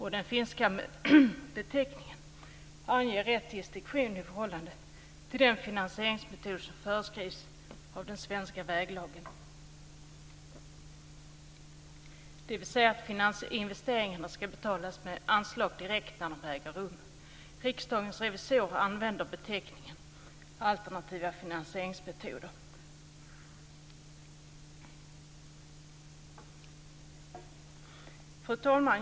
Den finska beteckningen anger rätt distinktion i förhållande till den finansieringsmetod som föreskrivs av den svenska väglagen, dvs. att investeringarna ska betalas med anslag direkt när de äger rum. Riksdagens revisorer använder beteckningen alternativa finansieringsmetoder. Fru talman!